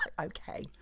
Okay